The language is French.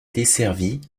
desservie